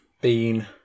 Bean